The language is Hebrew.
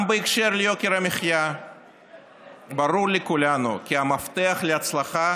גם בהקשר ליוקר המחיה ברור לכולנו שהמפתח להצלחה